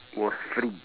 was free